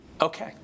Okay